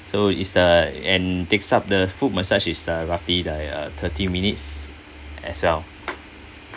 so is the and takes up the foot massage is uh roughly like uh thirty minutes as well